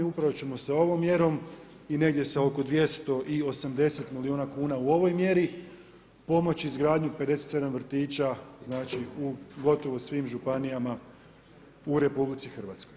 Upravo ćemo sa ovom mjerom i negdje sa oko 280 milijuna kuna u ovoj mjeri pomoći izgradnji 57 vrtića, znači u gotovo svim županijama u RH.